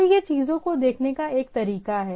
तो यह चीजों को देखने का एक तरीका है